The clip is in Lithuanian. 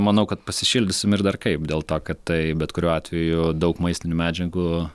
manau kad pasišildysim ir dar kaip dėl to kad tai bet kuriuo atveju daug maistinių medžiagų